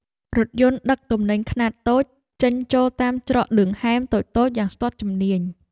រថយន្តដឹកទំនិញខ្នាតតូចចេញចូលតាមច្រកឌឿងហែមតូចៗយ៉ាងស្ទាត់ជំនាញ។